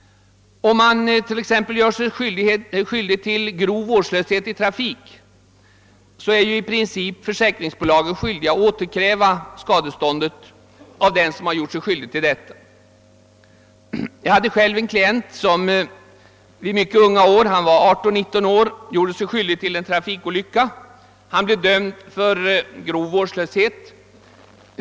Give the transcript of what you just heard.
Om man t.ex. gör sig skyldig till grov vårdslöshet i trafik är försäkringsbolaget i princip skyldigt att återkräva skadeståndet av den som begått trafikbrottet. Jag hade själv en klient som i mycket unga år — han var då 18—19 år — gjorde sig skyldig till ett trafikbrott och dömdes för grov vårdslöshet.